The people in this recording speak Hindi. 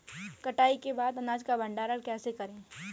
कटाई के बाद अनाज का भंडारण कैसे करें?